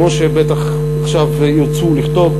כמו שבטח עכשיו ירצו לכתוב,